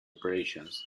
operations